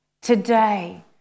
today